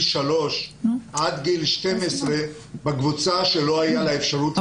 3 עד גיל 12 בקבוצה שלא הייתה לה אפשרות להתחסן.